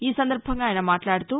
ఈ సందర్బంగా ఆయన మాట్లాడుతూ